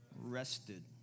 Rested